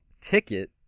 ticket